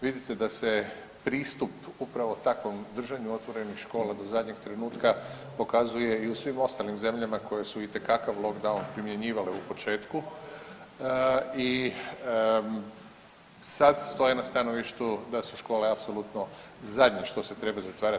Vidite da se pristup upravo takvom držanju otvorenih škola do zadnjeg trenutka pokazuje i u svim ostalim zemljama koje su itekakav lockdown primjenjivale u početku i sad stoje na stanovištu da su škole apsolutno zadnje što se treba zatvarati.